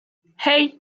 hey